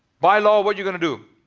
by law what you gonna do?